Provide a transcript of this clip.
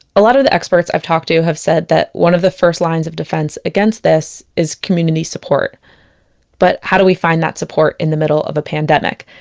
a lot of the experts i've talked to have said that one of the first lines of defense against this is community support but how do we find that support in the middle of a pandemic?